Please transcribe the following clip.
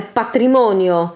patrimonio